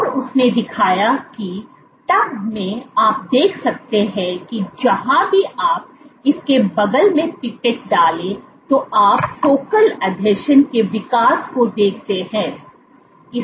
और उसने दिखाया कि टब में आप देख सकते है कि जहां भी आप इस के बगल में पिपेट डाला तो आप फोकल आसंजन के विकास को देखते हैं